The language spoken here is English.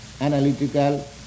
analytical